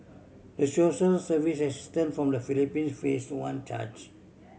the social service assistant from the Philippines face one charge